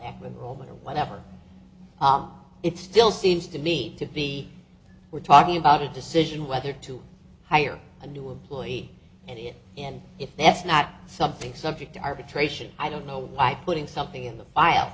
robot or whatever it still seems to need to be we're talking about a decision whether to hire a new employee and it and if that's not something subject to arbitration i don't know why putting something in the file